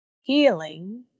healing